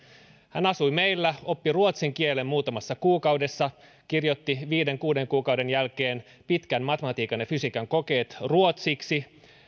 hän asui meillä oppi ruotsin kielen muutamassa kuukaudessa ja kirjoitti viiden kuuden kuukauden jälkeen pitkän matematiikan ja fysiikan kokeet ruotsiksi